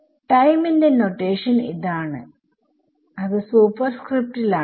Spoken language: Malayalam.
ടൈമിന്റെ നൊറ്റേഷൻ ഇതാണ് അത് സൂപ്പർസ്ക്രിപ്റ്റ് ൽ ആണ്